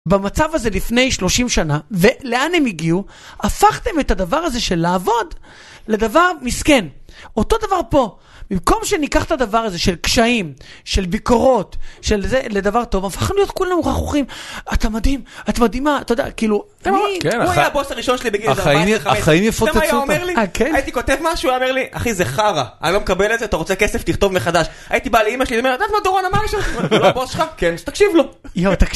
במצב הזה לפני 30 שנה ולאן הם הגיעו הפכתם את הדבר הזה של לעבוד לדבר מסכן אותו דבר פה במקום שניקח את הדבר הזה של קשיים של ביקורות של זה לדבר טוב הפכנו להיות כולנו רכרוכים אתה מדהים את מדהימה אתה יודע כאילו. הוא היה הבוס הראשון שלי בגיל 14-15 אתה יודע מה הוא היה אומר לי?. החיים יפוצצו אותם. אה כן?. הייתי כותב משהו הוא היה אומר לי אחי זה חרא אני לא מקבל את זה אתה רוצה כסף תכתוב מחדש הייתי בא לאימא שלי ואומר את יודעת מה דורון אמר לי? הוא הבוס שלך? תקשיב לו!